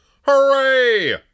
Hooray